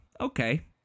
Okay